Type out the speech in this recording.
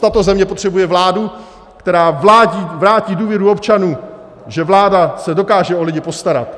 Tato země potřebuje vládu, která vrátí důvěru občanům, že se vláda dokáže o lidi postarat.